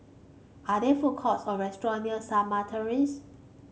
are there food courts or restaurant near Shamah Terrace